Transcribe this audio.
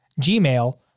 gmail